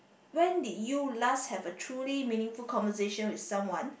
when did you last have a truly meaningful conversation with someone